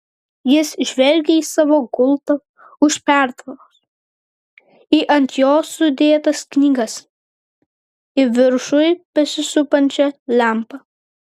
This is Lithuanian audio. jis žvelgė į savo gultą už pertvaros į ant jo sudėtas knygas į viršuj besisupančią lempą